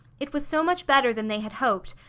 it was so much better than they had hoped,